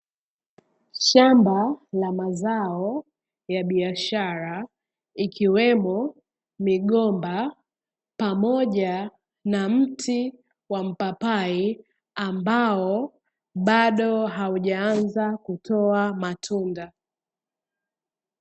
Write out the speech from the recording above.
Shamba la mazao ya biashara, ikiwemo migomba pamoja na mti wa mpapai, ambao bado haujaanza kutoa matunda.